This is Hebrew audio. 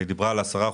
היא דיברה על 10%,